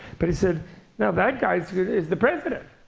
but he said now that guy is the president